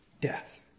death